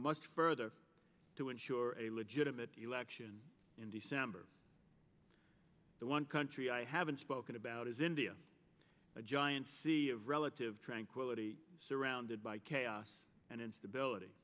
much further to ensure a legitimate election in december the one country i haven't spoken about is india a giant sea of relative tranquility surrounded by chaos and instability